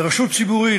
לרשות ציבורית,